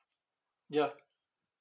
ya